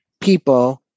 people